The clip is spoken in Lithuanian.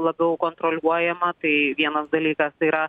labiau kontroliuojama tai vienas dalykas tai yra